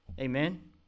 Amen